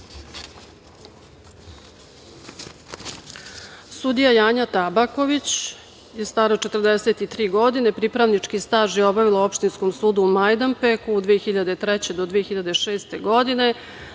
Janja Tabaković je stara 43. godine. Pripravnički staž je obavila u Opštinskom sudu u Majdanpeku od 2003. do 2006. godine.